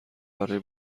برای